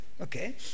Okay